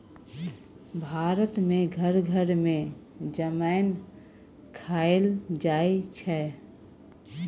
भारत मे घर घर मे जमैन खाएल जाइ छै